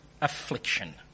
affliction